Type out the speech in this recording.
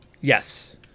Yes